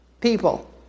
people